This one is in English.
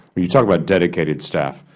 when you talk about dedicated staff,